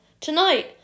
Tonight